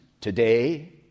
today